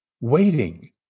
waiting